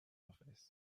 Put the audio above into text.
office